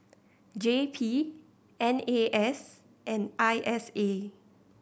J P N A S and I S A